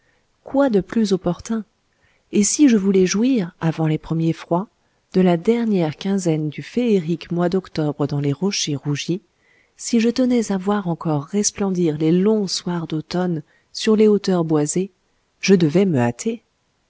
quoi de plus opportun et si je voulais jouir avant les premiers froids de la dernière quinzaine du féerique mois d'octobre dans les rochers rougis si je tenais à voir encore resplendir les longs soirs d'automne sur les hauteurs boisées je devais me hâter